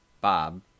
Bob